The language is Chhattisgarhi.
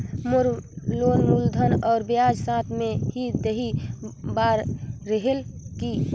मोर लोन मूलधन और ब्याज साथ मे ही देहे बार रेहेल की?